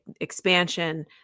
expansion